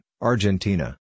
Argentina